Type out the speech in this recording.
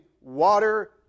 water